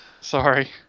sorry